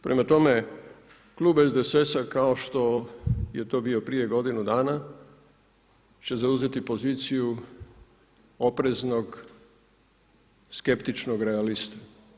Prema tome klub SDSS-a kao što je to bio prije godinu dana će zauzeti poziciju opreznog, skeptičnog realista.